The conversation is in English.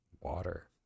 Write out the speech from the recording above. water